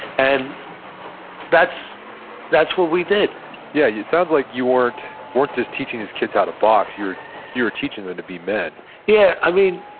and that's that's what we did yeah yeah. it sounds like you weren't weren't just teaching these kids how to box. you were teaching them to be men yeah. i mean,